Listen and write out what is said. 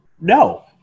no